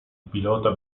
pilota